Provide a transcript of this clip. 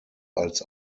als